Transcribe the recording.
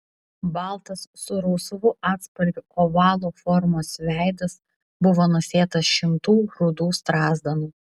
baltas su rausvu atspalviu ovalo formos veidas buvo nusėtas šimtų rudų strazdanų